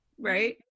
right